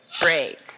Break